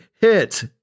hit